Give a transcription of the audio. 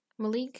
Malik